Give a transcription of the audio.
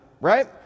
right